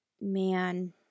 man